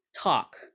talk